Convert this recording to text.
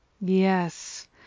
Yes